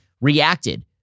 reacted